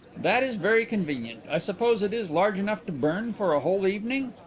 that is very convenient. i suppose it is large enough to burn for a whole evening?